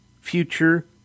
future